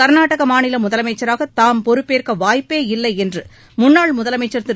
கர்நாடக மாநில முதலமைச்சராக தாம் பொறுப்பேற்க வாய்ப்பே இல்லை என்று முன்னாள் முதலமைச்சர் திரு